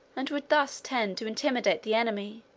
and would thus tend to intimidate the enemy,